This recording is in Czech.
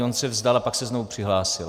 On se vzdal a pak se znovu přihlásil.